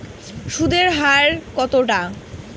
সুদের হার কতটা?